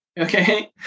okay